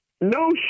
No